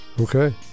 Okay